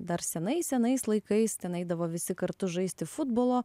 dar senais senais laikais ten eidavo visi kartu žaisti futbolo